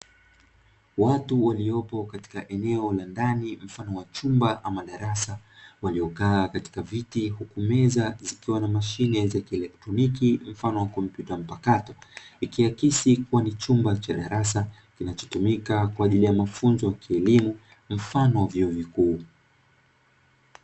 Watu waliopo katika eneo la ndani mfano wa chumba ama darasa, waliokaa katika viti huku meza zikiwa na mashine za kieletroniki mfano wa kompyuta mpakato. Ikiakisi kuwa ni chumba cha darasa, kinachotumika kwa ajili ya mafunzo ya kielimu, mfano wa vyuo vikuu.